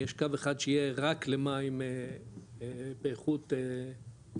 יש קו אחד שיהיה רק למים באיכות שפירים